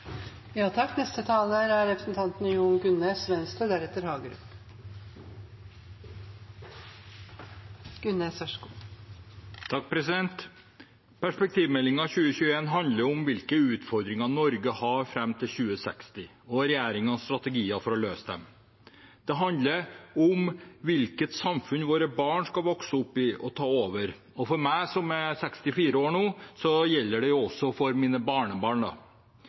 handler om hvilke utfordringer Norge har fram til 2060, og regjeringens strategier for å løse dem. Det handler om hvilket samfunn våre barn skal vokse opp i og ta over, og for meg, som er 64 år nå, gjelder det også for mine